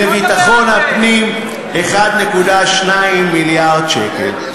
לביטחון הפנים 1.2 מיליארד שקל.